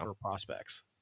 prospects